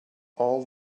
all